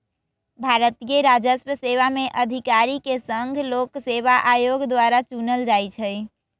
भारतीय राजस्व सेवा में अधिकारि के संघ लोक सेवा आयोग द्वारा चुनल जाइ छइ